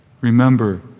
Remember